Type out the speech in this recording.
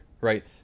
right